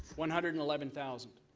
one hundred and eleven thousand.